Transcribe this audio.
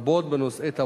לרבות בנושאי תברואה,